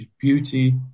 beauty